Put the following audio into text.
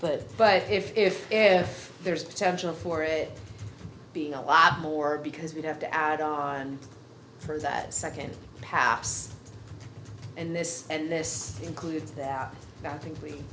but but if if if there's potential for it being a lot more because we have to add on for that second pass and this and this includes that i think